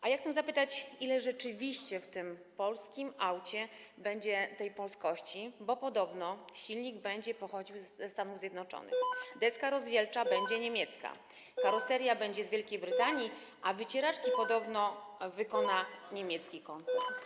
A ja chcę zapytać, ile rzeczywiście w tym polskim aucie będzie tej polskości, bo podobno silnik będzie pochodził ze Stanów Zjednoczonych, deska rozdzielcza będzie niemiecka, karoseria będzie z Wielkiej Brytanii, a wycieraczki podobno wykona niemiecki koncern.